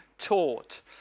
Taught